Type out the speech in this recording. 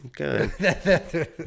Okay